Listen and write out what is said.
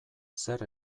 zer